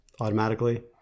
automatically